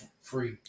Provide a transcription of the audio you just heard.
Free